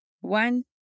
one